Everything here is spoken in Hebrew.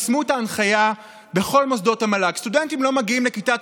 יישמו את ההנחיה בכל מוסדות המל"ג: סטודנטים לא מגיעים לכיתת